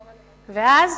ואז,